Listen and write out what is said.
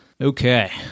Okay